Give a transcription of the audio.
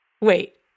Wait